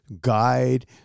guide